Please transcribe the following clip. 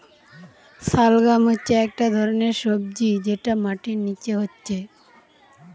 শালগাম হচ্ছে একটা ধরণের সবজি যেটা মাটির নিচে হচ্ছে